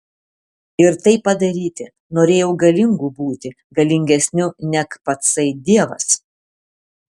ir tai padaryti norėjau galingu būti galingesniu neg patsai dievas